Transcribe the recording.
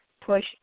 push